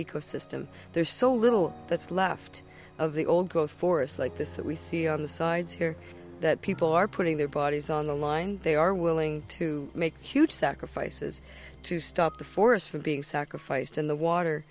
ecosystem there's so little that's left of the old growth forest like this that we see on the sides here that people are putting their bodies on the line they are willing to make huge sacrifices to stop the forest from being sacrificed and the water